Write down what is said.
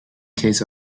case